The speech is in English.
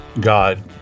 God